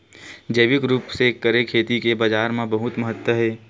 जैविक रूप से करे खेती के बाजार मा बहुत महत्ता हे